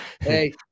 Hey